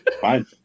Fine